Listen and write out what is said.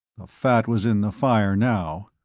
the fat was in the fire now.